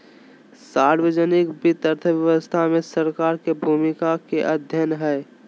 सार्वजनिक वित्त अर्थव्यवस्था में सरकार के भूमिका के अध्ययन हइ